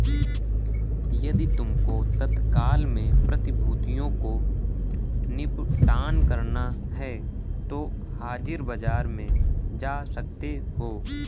यदि तुमको तत्काल में प्रतिभूतियों को निपटान करना है तो हाजिर बाजार में जा सकते हो